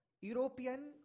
European